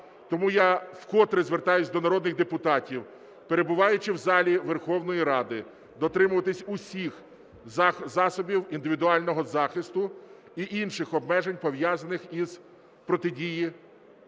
Тому я вкотре звертаюсь до народних депутатів, перебуваючи в залі Верховної Ради, дотримуватись усіх засобів індивідуального захисту і інших обмежень, пов'язаних із протидією